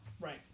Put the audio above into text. Right